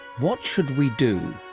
what should we do?